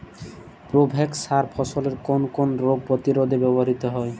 Provex সার ফসলের কোন কোন রোগ প্রতিরোধে ব্যবহৃত হয়?